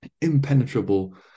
Impenetrable